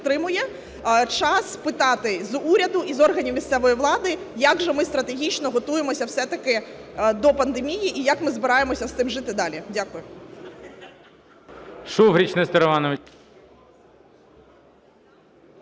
підтримує, час спитати і з уряду і з органів місцевої влади, як же ми стратегічно готуємося все-таки до пандемії і як ми збираємося з цим жити далі. Дякую.